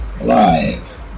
alive